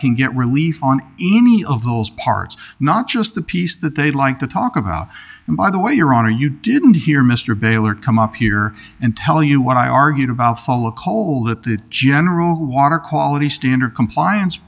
can get relief on any of those parts not just the piece that they'd like to talk about and by the way your honor you didn't hear mr baylor come up here and tell you what i argued about follow coal that the general who water quality standard compliance